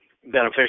beneficial